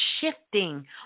shifting